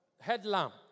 headlamp